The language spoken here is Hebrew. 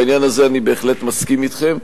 בעניין הזה אני בהחלט מסכים אתכם.